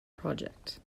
project